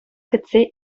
кӗтсе